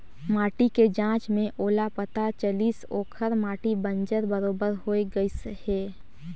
माटी के जांच में ओला पता चलिस ओखर माटी बंजर बरोबर होए गईस हे